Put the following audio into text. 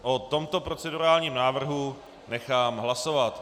O tomto procedurálním návrhu nechám hlasovat.